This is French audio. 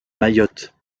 mayotte